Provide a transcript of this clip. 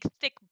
thick